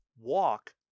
walk